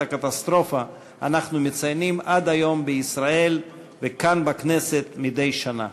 הקטסטרופה אנחנו מציינים עד היום בישראל וכאן בכנסת מדי שנה.